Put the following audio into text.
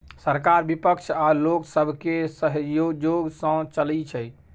सरकार बिपक्ष आ लोक सबके सहजोग सँ चलइ छै